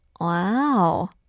Wow